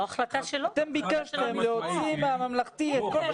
אתם ביקשתם להוציא מהממלכתי את כל מה